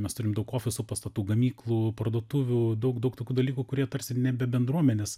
mes turim daug ofisų pastatų gamyklų parduotuvių daug daug tokių dalykų kurie tarsi nebe bendruomenės